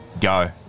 go